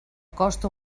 cost